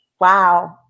Wow